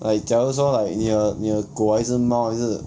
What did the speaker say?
like 假如说 like 你有你有狗还是猫还是